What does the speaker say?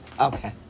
Okay